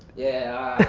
yeah,